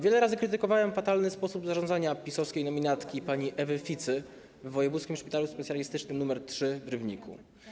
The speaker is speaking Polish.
Wiele razy krytykowałem fatalny sposób zarządzania PiS-owskiej nominatki pani Ewy Ficy w Wojewódzkim Szpitalu Specjalistycznym nr 3 w Rybniku.